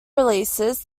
releases